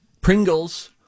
Pringles